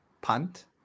punt